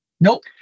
Nope